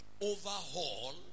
Overhaul